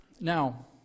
Now